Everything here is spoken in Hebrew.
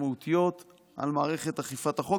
משמעותיות על מערכת אכיפת החוק,